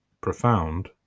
profound